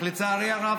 לצערי הרב,